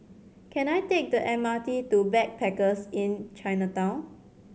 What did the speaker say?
can I take the M R T to Backpackers Inn Chinatown